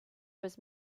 was